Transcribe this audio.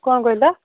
କ'ଣ କହିଲ